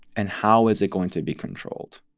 and how is it going to be controlled?